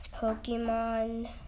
Pokemon